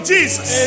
Jesus